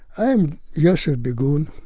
i'm yosef begun,